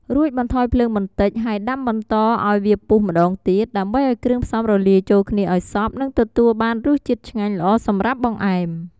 រួចបន្ថយភ្លើងបន្តិច ហើយដាំបន្តឱ្យវាពុះម្តងទៀត ដើម្បីឱ្យគ្រឿងផ្សំរលាយចូលគ្នាឱ្យសព្វ និងទទួលបានរសជាតិឆ្ងាញ់ល្អសម្រាប់បង្អែម។